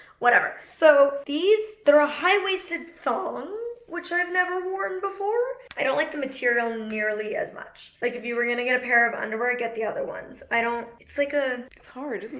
whatever. so these, they are a high-waisted thong, which i've never worn before. i don't like the material nearly as much. like if you were gonna get a pair of underwear, get the other ones. i don't, it's like a, it's hard, isn't